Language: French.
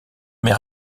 met